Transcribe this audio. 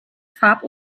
farb